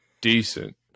decent